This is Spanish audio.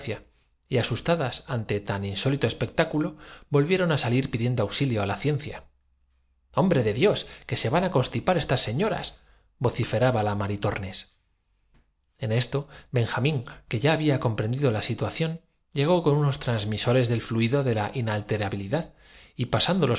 y asustadas ante tan insó jo honor lito espectáculo volvieron á salir pidiendo auxilio á la ciencia era el anuncio sobre latón de una empresa de coches hombre de dios que se van á constipar esas se de muerto fundada en parís por la época que ellos ñorasvociferaba la maritornes atravesaban y que restituida á su integridad decía así en esto benjamín que ya había comprendido la si tuación llegó con unos transmisores del fluido de la service de pompes funebres inalterabilidad y